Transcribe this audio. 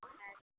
नहि